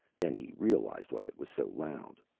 then he realized why it was so loud.